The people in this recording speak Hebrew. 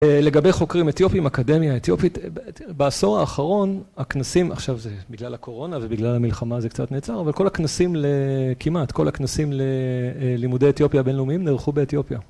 לגבי חוקרים אתיופים אקדמיה אתיופית בעשור האחרון הכנסים עכשיו זה בגלל הקורונה ובגלל המלחמה זה קצת נעצר אבל כל הכנסים לכמעט כל הכנסים ללימודי אתיופיה בינלאומיים נערכו באתיופיה